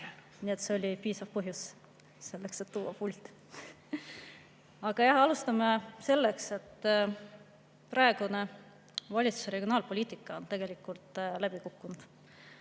saali. See oli piisav põhjus selleks, et tulla pulti. (Naerab.) Aga jah, alustame sellest, et praegune valitsuse regionaalpoliitika on tegelikult läbi kukkunud.